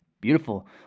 Beautiful